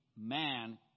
man